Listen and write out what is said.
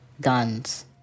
guns